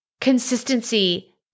consistency